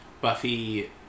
Buffy